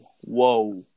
whoa